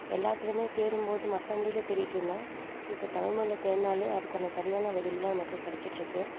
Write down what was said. எல்லாத்திலயுமே தேடும் போது மற்ற மொழில தேடிகிட்டிருந்தோம் இப்போ தமிழ் மொழில தேடினாலே அதுக்கான சரியான பதிலெலாம் நமக்கு கிடச்சிட்ருக்கு